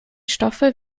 stoffe